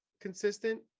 consistent